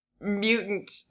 mutant